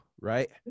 right